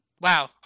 wow